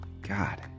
God